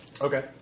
Okay